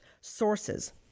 sources